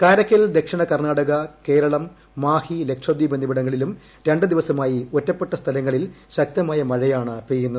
കാരക്കൽ ദക്ഷിണ കർണാടക കേരളം മാഹി ലക്ഷദ്വീപ് എന്നിവിടങ്ങളിലും രണ്ടു ദിവസമായി ഒറ്റപ്പെട്ട സ്ഥലങ്ങളിൽ ശക്തമായ മഴയാണ് പെയ്യുന്നത്